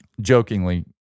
jokingly